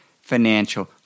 financial